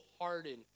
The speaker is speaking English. hardened